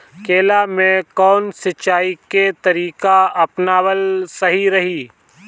केला में कवन सिचीया के तरिका अपनावल सही रही?